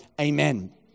Amen